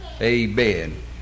amen